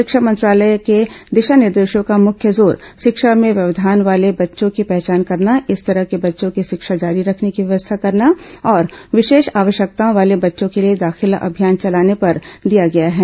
शिक्षा मंत्रालय के दिशा निर्देशों का मुख्य जोर शिक्षा में व्यवधान वाले बच्चों की पहचान करना इस तरह के बच्चों की शिक्षा जारी रखने की व्यवस्था करना और विशेष आवश्यकताओं वाले बच्चों के लिए दाखिला अभियान चलाने पर दिया गया है